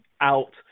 out